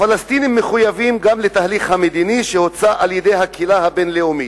הפלסטינים מחויבים גם לתהליך המדיני שהוצע על-ידי הקהילה הבין-לאומית.